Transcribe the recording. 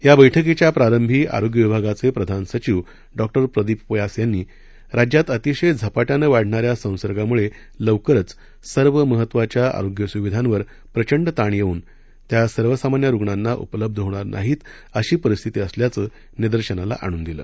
या बैठकीच्या प्रारंभी आरोग्य विभागाचे प्रधान सचिव डॉ प्रदीप व्यास यांनी राज्यात अतिशय झपाट्यान वाढणाऱ्या संसर्गामुळे लवकरच सर्व महत्वाच्या आरोग्य सुविधांवर प्रचंड ताण येऊन त्या सर्वसामान्य रुग्णांना उपलब्ध होणार नाहीत अशी परिस्थिती असल्याचं निदर्शनाला आणून दिलं